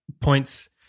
points